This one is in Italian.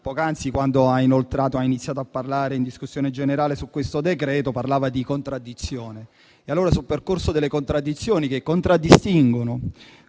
poc'anzi, quando ha iniziato a parlare in discussione generale su questo decreto, ha parlato di contraddizione. E allora sul percorso delle contraddizioni che contraddistinguono